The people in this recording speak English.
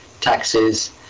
taxes